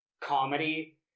comedy